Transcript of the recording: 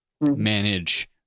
manage